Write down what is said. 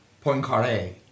Poincare